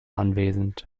anwesend